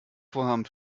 vorhaben